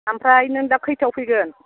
ओमफ्राय नों दा खयथायाव फैगोन